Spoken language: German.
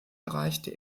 erreichte